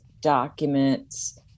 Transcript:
documents